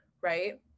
Right